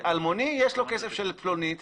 יש לו כסף של פלוני,